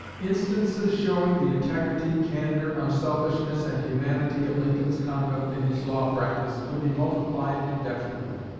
instances showing the integrity, candor, unselfishness, and humanity of lincoln's conduct in his law practice could be multiplied indefinitely.